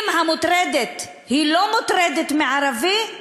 אם המוטרדת היא לא מוטרדת מערבי,